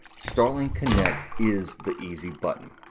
starling connect is the easy button.